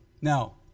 Now